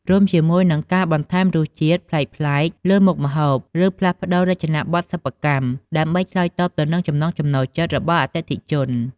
រួមជាមួយនឹង ការបន្ថែមរសជាតិប្លែកៗលើមុខម្ហូប ឬផ្លាស់ប្តូររចនាបថសិប្បកម្ម ដើម្បីឆ្លើយតបទៅនឹងចំណង់ចំណូលចិត្តរបស់អតិថិជន។